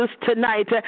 tonight